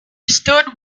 stood